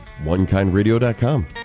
OneKindRadio.com